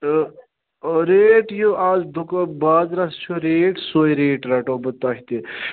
تہٕ ریٹ یِیَو آز دُکہٕ بازرَس چھَو ریٹ سۄے ریٹ رَٹو بہٕ تۄہہِ تہِ